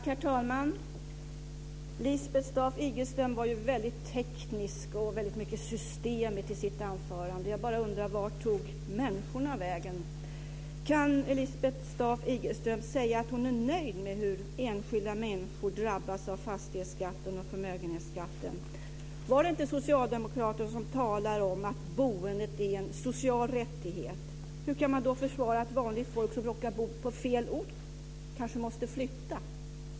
Herr talman! Lisbeth Staaf-Igelström var ju väldigt teknisk och systematisk i sitt anförande. Jag bara undrar vart människorna tog vägen. Kan Lisbeth Staaf-Igelström säga att hon är nöjd med hur enskilda människor drabbas av fastighetsskatten och förmögenhetsskatten? Var det inte socialdemokraterna som talade om att boendet är en social rättighet? Hur kan man då förklara att vanligt folk som bor på fel ort kanske måste flytta?